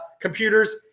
computers